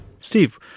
Steve